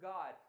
God